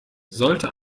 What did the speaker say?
sollte